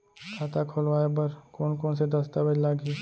खाता खोलवाय बर कोन कोन से दस्तावेज लागही?